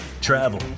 travel